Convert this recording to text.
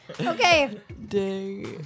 okay